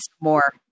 more